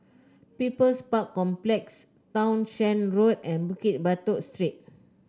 People's Park Complex Townshend Road and Bukit Batok Street